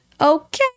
okay